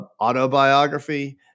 autobiography